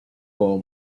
como